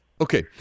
Okay